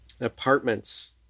Apartments